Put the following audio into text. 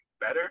better